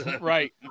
Right